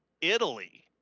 Italy